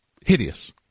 hideous